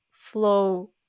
flow